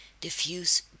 diffuse